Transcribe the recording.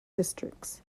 districts